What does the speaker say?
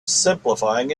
simplifying